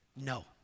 no